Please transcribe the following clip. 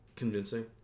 Convincing